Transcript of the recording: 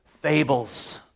Fables